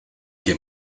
que